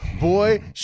boy